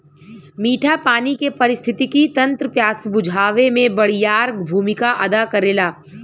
मीठा पानी के पारिस्थितिकी तंत्र प्यास बुझावे में बड़ियार भूमिका अदा करेला